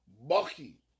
Bucky